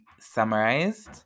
summarized